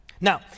Now